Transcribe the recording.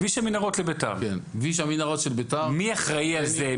כביש המנהרות לבית"ר, מי אחראי על זה?